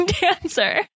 dancer